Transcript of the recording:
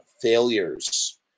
failures